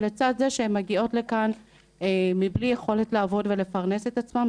ולצד זה שהן מגיעות לכאן מבלי יכולת לעבוד ולפרנס את עצמן,